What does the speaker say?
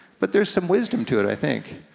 but there's some wisdom to it i think.